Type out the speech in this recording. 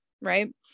Right